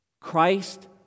Christ